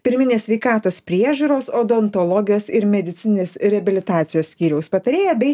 pirminės sveikatos priežiūros odontologijos ir medicininės reabilitacijos skyriaus patarėja bei